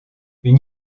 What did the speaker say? une